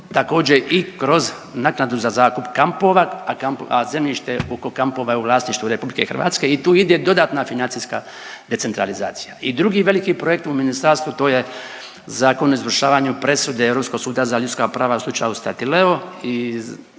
također i kroz naknadu za zakup kampova, a zemljište oko kampova je u vlasništvu RH i tu ide dodatna financijska decentralizacija. I drugi veliki projekt u ministarstvu to je Zakon o izvršavanju presude Europskog suda za ljudska prava u slučaju STATILEO